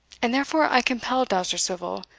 and therefore i compelled dousterswivel,